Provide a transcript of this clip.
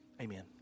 Amen